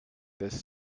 this